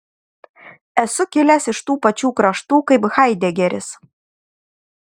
esu kilęs iš tų pačių kraštų kaip haidegeris